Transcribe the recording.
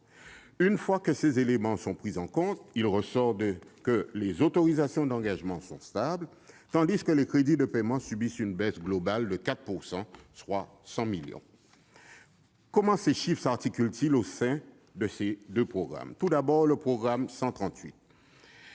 Une fois que ces éléments sont pris en compte, il en ressort que les autorisations d'engagement sont stables, tandis que les crédits de paiement subissent une baisse globale de 4 %, soit 100 millions d'euros. Comment ces chiffres s'articulent-ils au sein des deux programmes ? Tout d'abord, le programme 138,